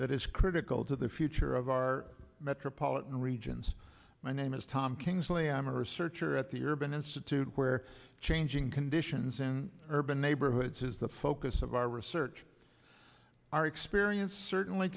that is critical to the future of our metropolitan regions my name is tom kingsley i'm a researcher at the urban institute where changing conditions in urban neighborhoods is the focus of our research our experience certainly